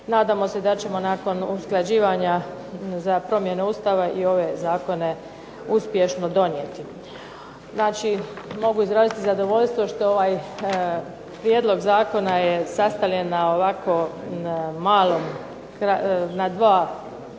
Nadamo se da ćemo nakon usklađivanja za promjene Ustava i ove zakone uspješno donijeti. Znači, mogu izraziti zadovoljstvo što ovaj Prijedlog zakona je sastavljen na dva papira,